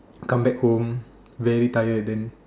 come back home very tired then